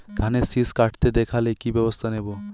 ধানের শিষ কাটতে দেখালে কি ব্যবস্থা নেব?